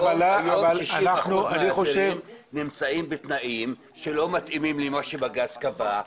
היום 60% מהאסירים נמצאים בתנאים שלא מתאימים למה שבג"ץ קבע,